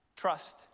trust